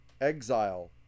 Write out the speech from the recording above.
exile